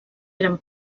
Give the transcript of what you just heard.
eren